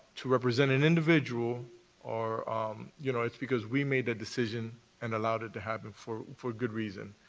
to represent an individual or you know, it's because we made the decision and allowed it to happen for for good reason,